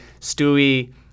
Stewie